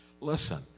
Listen